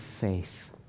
faith